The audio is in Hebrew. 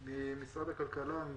ממשרד הכלכלה,